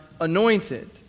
anointed